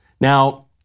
Now